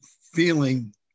feeling